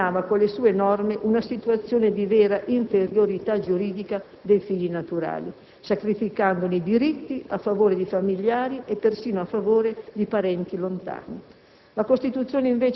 Un ultimo elemento di soddisfazione è la ridenominazione dei figli nati fuori del matrimonio. Si elimina così una discriminazione grave e si da completezza al percorso avviato fin dalla Costituzione.